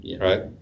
right